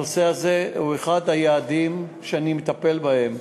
הנושא הזה הוא אחד היעדים שאני מטפל בהם.